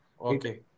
okay